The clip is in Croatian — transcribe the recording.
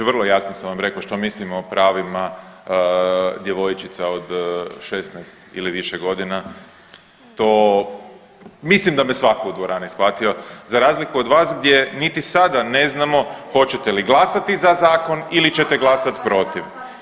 Vrlo jasno sam vam rekao što mislim o pravima djevojčica od 16 ili više godina, to mislim da me svako u dvorani shvatio za razliku od vas gdje niti sada ne znamo hoćete li glasati za zakon ili ćete glasati protiv.